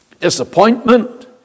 Disappointment